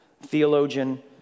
theologian